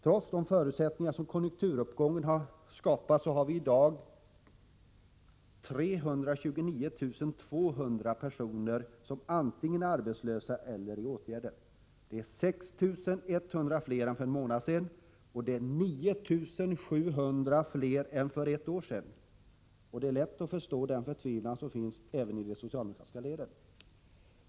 Trots de förutsättningar som konjunkturuppgången skapat har vi i dag 329 200 personer som antingen är arbetslösa eller föremål för åtgärder. Det är 6 100 fler än för en månad sedan och 9 700 fler än för ett år sedan! Det är lätt att förstå den förtvivlan som finns även i de socialdemokratiska leden.